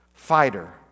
Fighter